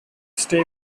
stay